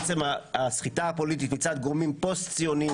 הסחיטה הפוליטית מצד גורמים פוסט-ציוניים